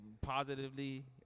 positively